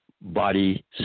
body